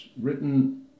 written